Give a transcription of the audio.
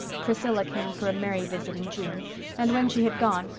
priscilla came for a merry visit in june and, when she had gone,